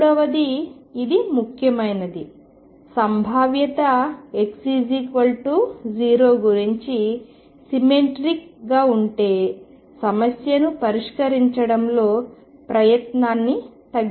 మూడవది ఇది ముఖ్యమైనది సంభావ్యత x0 గురించి సిమెట్రిక్ సుష్టంగా ఉంటే సమస్యను పరిష్కరించడంలో ప్రయత్నాన్ని తగ్గించవచ్చు